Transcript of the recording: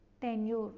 tenure